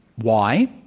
why?